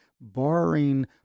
barring